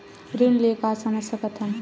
ऋण ले का समझ सकत हन?